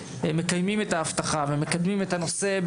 מקיימים את ההבטחה ומקדמים את הנושא,